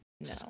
No